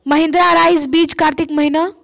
महिंद्रा रईसा बीज कार्तिक महीना?